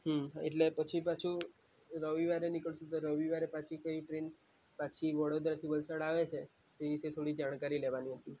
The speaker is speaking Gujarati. હમ એટલે પછી પાછું રવિવારે નીકળશે રવિવારે પાછી કઈ ટ્રેન પાછી વડોદરાથી વલસાડ આવે છે તે રીતે થોડી જાણકારી લેવાની હતી